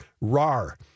RAR